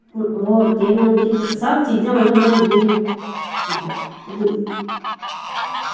होर केह् बनांदी ही सब चीजां मतलव बनांदी ही